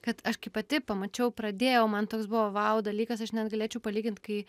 kad aš kai pati pamačiau pradėjau man toks buvo vau dalykas aš net galėčiau palygint kai